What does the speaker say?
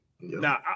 Now